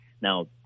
Now